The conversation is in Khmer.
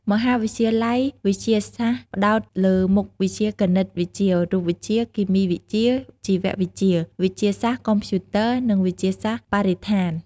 មហាវិទ្យាល័យវិទ្យាសាស្ត្រ ផ្តោតលើមុខវិជ្ជាគណិតវិទ្យា រូបវិទ្យា គីមីវិទ្យា ជីវវិទ្យា វិទ្យាសាស្រ្តកុំព្យូទ័រ និងវិទ្យាសាស្ត្របរិស្ថាន។